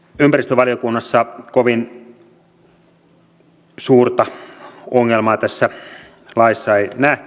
ympäristövaliokunnassa kovin suurta ongelmaa tässä laissa ei nähty